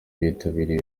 bitabiriye